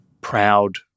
proud